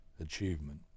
achievement